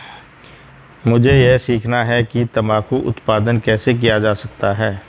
मुझे यह सीखना है कि तंबाकू उत्पादन कैसे किया जा सकता है?